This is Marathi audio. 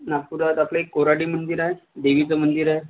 नागपुरात आपले कोराडी मंदिर आहे देवीचं मंदिर आहे